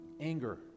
anger